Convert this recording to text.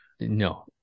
No